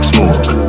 smoke